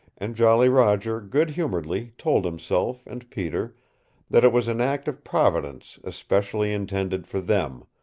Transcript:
and jolly roger good humoredly told himself and peter that it was an act of providence especially intended for them,